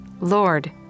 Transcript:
Lord